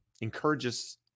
encourages